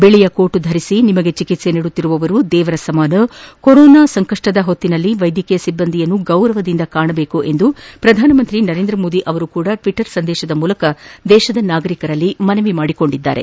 ಬಿಳಿಯ ಕೋಟು ಧರಿಸಿ ನಿಮಗೆ ಚಿಕಿತ್ವೆ ನೀಡುತ್ತಿರುವವರು ದೇವರ ಸಮಾನ ಕೊರೋನಾ ಸಂಕಡ್ನದ ಸಂದರ್ಭದಲ್ಲಿ ವೈದ್ಯಕೀಯ ಸಿಬ್ಬಂದಿಯನ್ನು ಗೌರವದಿಂದ ಕಾಣಬೇಕು ಎಂದು ಪ್ರಧಾನಮಂತ್ರಿ ನರೇಂದ್ರ ಮೋದಿ ಟ್ವಿಟರ್ ಸಂದೇಶದ ಮೂಲಕ ದೇಶದ ನಾಗರಿಕರಲ್ಲಿ ಮನವಿ ಮಾಡಿದ್ದಾರೆ